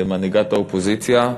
מנהיגת האופוזיציה,